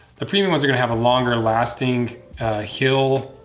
the premium ones are gonna have a longer lasting heel